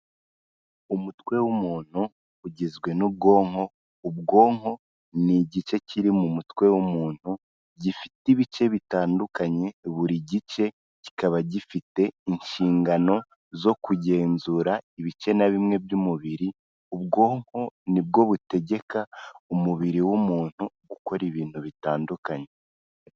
Umutwe w'umuntu ugizwe n'ubwonko, ubwonko ni igice kiri mu mutwe w'umuntu gifite ibice bitandukanye buri gice kikaba gifite inshingano zo kugenzura ibice na bimwe by'umubiri, ubwonko ni bwo butegeka umubiri w'umuntu ukora ibintu bitandukanye.